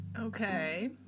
Okay